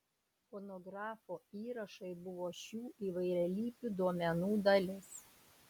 fonografo įrašai buvo šių įvairialypių duomenų dalis